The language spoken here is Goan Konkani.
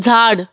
झाड